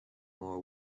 more